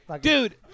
dude